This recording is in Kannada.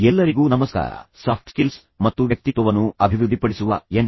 ಎಲ್ಲರಿಗೂ ನಮಸ್ಕಾರ ಸಾಫ್ಟ್ ಸ್ಕಿಲ್ಸ್ ಮತ್ತು ವ್ಯಕ್ತಿತ್ವವನ್ನು ಅಭಿವೃದ್ಧಿಪಡಿಸುವ ಎನ್